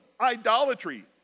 idolatry